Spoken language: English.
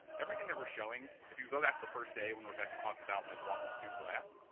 everything that we're showing, if you go back to the first day, when rebecca talked about like walking through glass,